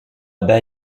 bas